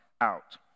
out